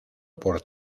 por